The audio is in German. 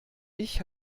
ich